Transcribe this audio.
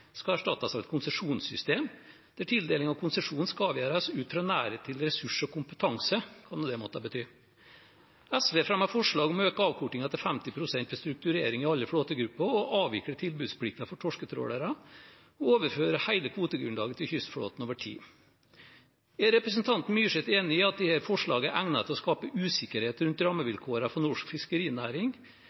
skal erstattes av et konsesjonssystem, der tildeling av konsesjon skal avgjøres ut fra «nærhet til ressurs og kompetanse», hva nå det måtte bety. SV fremmer forslag om å øke avkortningen til 50 pst. ved strukturering i alle flåtegrupper, avvikle tilbudsplikten for torsketrålere og overføre hele kvotegrunnlaget til kystflåten over tid. Er representanten Myrseth enig i at disse forslagene er egnet til å skape usikkerhet rundt rammevilkårene for norsk fiskerinæring